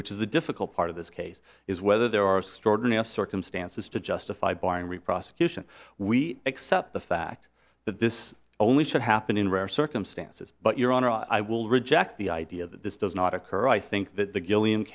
which is the difficult part of this case is whether there are stored in our circumstances to justify barring re prosecution we accept the fact that this only should happen in rare circumstances but your honor i will reject the idea that this does not occur i think that the gilliam